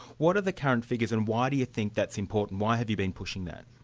what are the current figures, and why do you think that's important? why have you been pushing that?